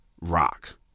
Rock